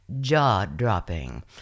jaw-dropping